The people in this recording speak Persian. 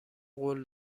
قول